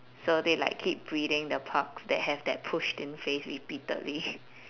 so they like keep breeding the pugs that have that pushed in face repeatedly